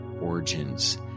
origins